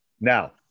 Now